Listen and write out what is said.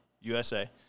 USA